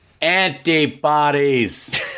Antibodies